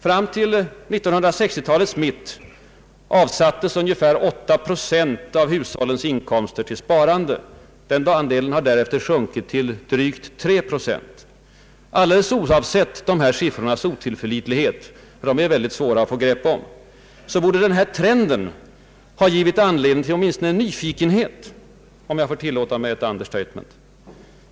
Fram till 1960-talets mitt avsattes ungefär 8 procent av hushållens inkomster till sparande. Denna andel har därefter sjunkit till drygt 3 procent. Alldeles oavsett siffrornas otillförlitlighet — ty det är mycket svårt att få ett grepp om dem — borde denna trend ha givit anledning till åtminstone nyfikenhet, om jag får tillåta mig ett understatement.